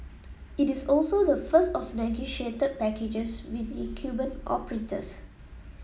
it is also the first of negotiated packages with incumbent operators